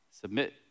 Submit